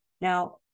Now